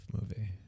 movie